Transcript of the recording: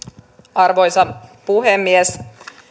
arvoisa puhemies